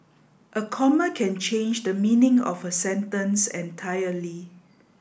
a comma can change the meaning of a sentence entirely